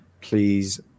please